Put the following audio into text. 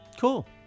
Cool